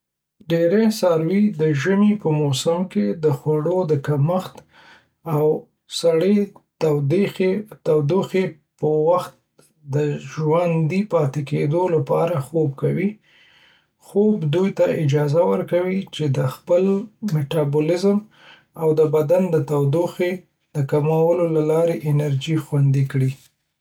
ډېری څاروي د ژمي په موسم کې د خوړو د کمښت او سړې تودوخې په وخت کې د ژوندي پاتې کېدو لپاره خوب کوي. خوب دوی ته اجازه ورکوي چې د خپل میټابولیزم او د بدن د تودوخې د کمولو له لارې انرژي خوندي کړي.